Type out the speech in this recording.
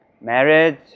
marriage